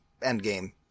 Endgame